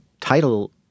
title